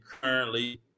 currently